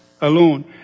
alone